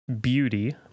Beauty